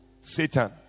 Satan